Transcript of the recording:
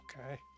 Okay